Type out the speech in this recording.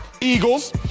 Eagles